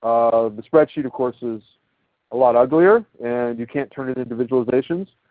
the spreadsheet of course is a lot uglier and you can't turn it into visualizations.